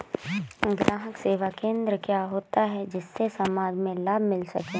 ग्राहक सेवा केंद्र क्या होता है जिससे समाज में लाभ मिल सके?